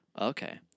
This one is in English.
Okay